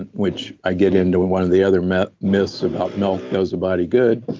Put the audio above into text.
and which i get into and one of the other myths myths about milk does a body good,